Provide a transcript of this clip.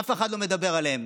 אף אחד לא מדבר עליהן.